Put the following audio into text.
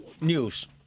news